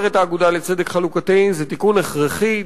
אומרת "האגודה לצדק חלוקתי": זה תיקון הכרחי,